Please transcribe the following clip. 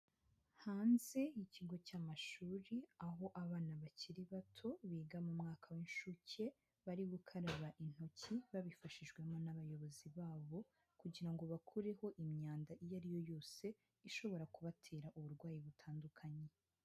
Hanze y'ikigo cy'amashuri, aho abana bakiri bato biga mu mwaka w'incuke, bari gukaraba intoki babifashijwemo n'abayobozi babo kugira ngo bakureho imyanda iyo ariyo yose ishobora kubatera uburwayi butandukanye.